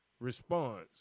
response